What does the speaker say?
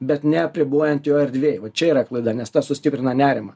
bet neapribojant jo erdvėj čia yra klaida nes tas sustiprina nerimą